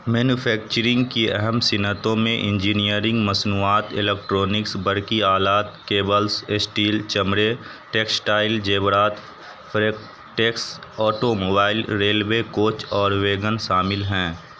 manufacturing کی اہم صنعتوں میں انجینئرنگ مصنوعات الیکٹرانکس برقی آلات کیبلز اسٹیل چمڑے ٹیکسٹائل زیورات frigates automobile railway coach اور ویگن شامل ہیں